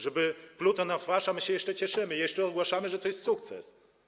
Żeby pluto nam w twarz, a my się jeszcze cieszymy i jeszcze ogłaszamy, że to jest sukces.